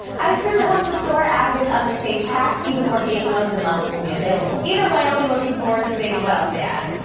i assume that once the store adds in other stage apps even more game modes and levels will be available. either way i'll be looking forward to seeing what else they add.